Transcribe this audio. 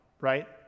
right